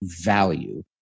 value